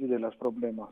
didelė problema